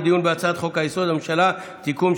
לדיון בהצעת חוק-יסוד: הממשלה (תיקון,